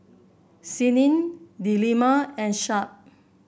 Senin Delima and Shuib